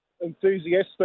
enthusiastic